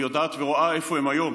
אני יודעת ורואה איפה הן היום.